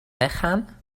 weggaan